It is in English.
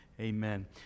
Amen